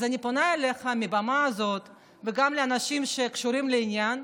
אז אני פונה אליך מהבמה הזאת וגם לאנשים שקשורים לעניין.